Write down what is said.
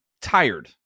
tired